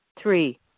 Three